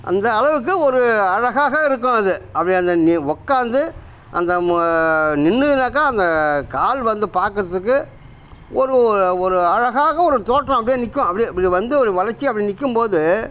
அந்த அளவுக்கு ஒரு அழகாக இருக்கும் அது அப்படியே அந்த நி உக்காந்து அந்த மொ நின்றுதுன்னாக்கா அந்த கால் வந்து பார்க்கறதுக்கு ஒரு ஒரு அழகாக ஒரு தோற்றம் அப்படியே நிற்கும் அப்படியே இப்படி வந்து ஒரு வளைச்சி அப்படி நிற்கும்போது